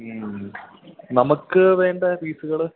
മ്മ് നമുക്ക് വേണ്ട പീസ്സ്കൾ